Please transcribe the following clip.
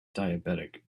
diabetic